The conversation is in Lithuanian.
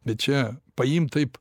bet čia paimt taip